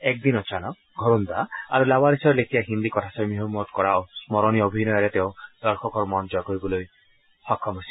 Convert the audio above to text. এক দিন অচানক ঘৰোন্দা আৰু লাৱাৰীছৰ লেখীয়া হিন্দী কথাছবিসমূহত কৰা স্মৰণীয় অভিনয়েৰে তেওঁ দৰ্শকৰ মন জয় কৰিবলৈ সক্ষম হৈছিল